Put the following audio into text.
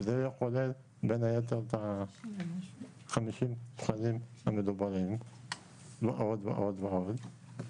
וזה כולל בין היתר את ה-50 שקלים המדוברים ועוד ועוד ועוד.